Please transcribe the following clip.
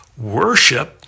worship